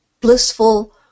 blissful